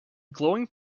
glowing